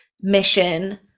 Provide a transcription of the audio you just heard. mission